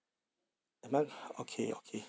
am I okay okay